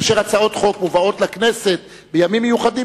כאשר הצעות חוק מובאות לכנסת בימים מיוחדים,